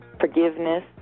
Forgiveness